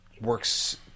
works